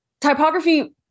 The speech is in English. Typography